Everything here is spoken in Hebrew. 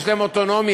יש להם אוטונומיה,